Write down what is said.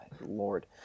lord